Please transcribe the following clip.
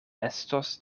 estos